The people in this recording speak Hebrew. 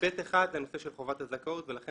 היבט אחד זה נושא של חובת הזכאות ולכן